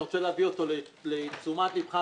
אני רוצה להביא אותו לתשומת לבך,